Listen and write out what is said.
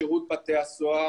שירות בתי הסוהר